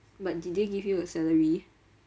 but did they give you the salary